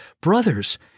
Brothers